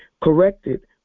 corrected